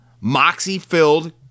moxie-filled